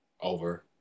over